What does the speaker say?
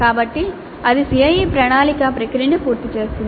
కాబట్టి అది CIE ప్రణాళిక ప్రక్రియను పూర్తి చేస్తుంది